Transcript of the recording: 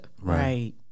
Right